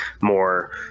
more